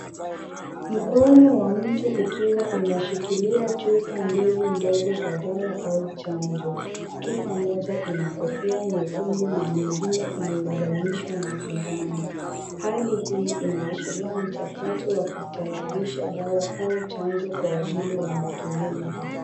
Mkono wa mtu ukiwa unashikilia chupa mbili ndogo za dawa au chanjo. Chupa moja ina kofia nyekundu na nyingine imeunganishwa na sindano. Hali hii inaashiria mchakato wa kutayarisha dawa au chanjo kwa ajili ya matumizi.